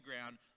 ground